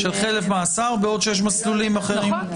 של חלף מאסר בעוד שיש מסלולים אחרים.